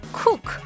cook